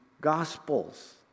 gospels